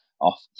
off